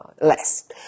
less